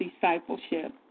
discipleship